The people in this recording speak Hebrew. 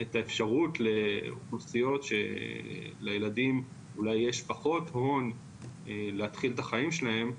את האפשרות לאוכלוסיות לילדים אולי יש פחות הון להתחיל את החיים שלהם,